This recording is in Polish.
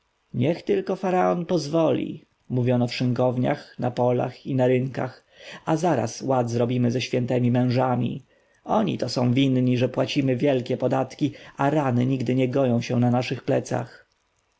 niech tylko faraon pozwoli mówiono w szynkowniach na polach i na rynkach a zaraz ład zrobimy ze świętymi mężami oni to są winni że płacimy wielkie podatki że rany nigdy nie goją się na naszych plecach